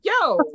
yo